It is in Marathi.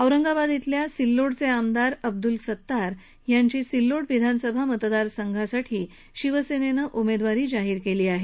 औरंगाबाद इथल्या सिल्लोडचे आमदार अब्दुल सतार यांची सिल्लोड विधानसभा मतदारसंघासाठी शिवसेनेनं उमेदवारी जाहीर केली आहे